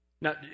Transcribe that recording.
Now